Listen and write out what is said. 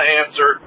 answer